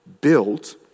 built